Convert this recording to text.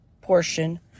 portion